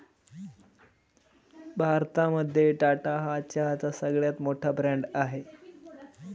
भारतामध्ये टाटा हा चहाचा सगळ्यात मोठा ब्रँड आहे